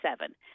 seven